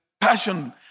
Passion